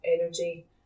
energy